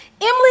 Emily